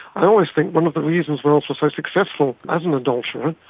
i always think one of the reasons wells was so successful as an adulterer,